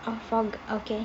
uh fog okay